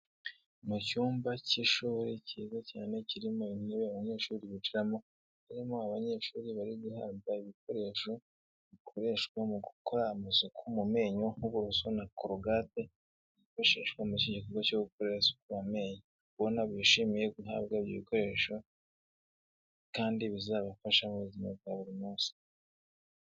Mu cyumba cy'ishuri kiza cyane kirimo intebe abanyeshuri bicaramo. Kirimo abanyeshuri bariguhabwa ibikoresho bikoreshwa mu gukora amasuku mu menyo nk'uburoso, na crogate byifashishwa mu iki gikorwa cyo gukora isuku mu menyo. Ubona bishimiye guhabwa ibyo bikoresho kandi bizabafasha mu buzima bwa buri munsi.